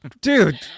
Dude